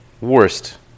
worst